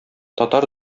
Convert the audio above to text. татар